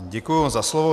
Děkuji za slovo.